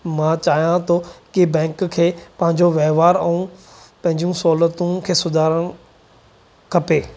मां चाहियां थो की बैंक खे पंहिंजो वहिंवार ऐं पंहिंजियूं सहुलतूं खे सुधारिणियूं खपे